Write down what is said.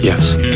Yes